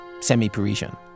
Semi-Parisian